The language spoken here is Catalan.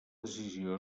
decisió